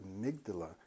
amygdala